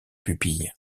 pupille